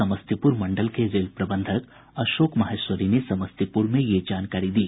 समस्तीपुर मंडल के रेल प्रबंधक अशोक माहेश्वरी ने समस्तीप्र में ये जानकारी दी